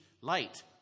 light